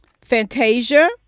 fantasia